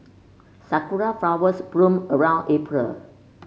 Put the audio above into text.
sakura flowers bloom around April